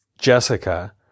Jessica